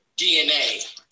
DNA